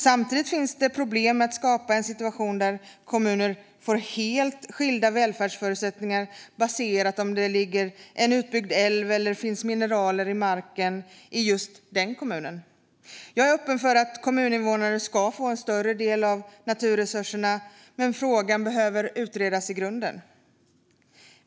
Samtidigt finns det problem med att skapa en situation där kommuner får helt skilda välfärdsförutsättningar baserat på om det ligger en utbyggd älv eller finns mineraler i marken i just den kommunen. Jag är öppen för att kommuninvånare ska få större del av naturresurserna, men frågan behöver utredas i grunden.